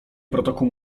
protokół